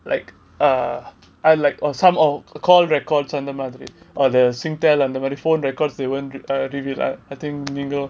like uh I like or some or call records அந்த மாதிரி:andha madhiri or the singtel அந்த மாதிரி:andha madhiri phone records they won't err review uh I think நீங்க:neenga